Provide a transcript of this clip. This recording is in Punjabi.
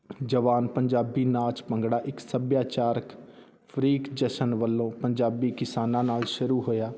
ਜਵਾਨ ਪੰਜਾਬੀ ਨਾਚ ਭੰਗੜਾ ਇੱਕ ਸੱਭਿਆਚਾਰਕ ਫਰੀਕ ਜਸ਼ਨ ਵੱਲੋਂ ਪੰਜਾਬੀ ਕਿਸਾਨਾਂ ਨਾਲ ਸ਼ੁਰੂ ਹੋਇਆ